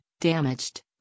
damaged